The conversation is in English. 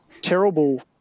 terrible